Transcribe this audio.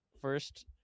first